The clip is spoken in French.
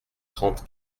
trente